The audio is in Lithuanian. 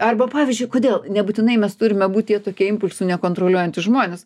arba pavyzdžiui kodėl nebūtinai mes turime būt tie tokie impulsų nekontroliuojantys žmonės